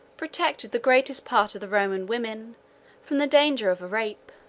protected the greatest part of the roman women from the danger of a rape.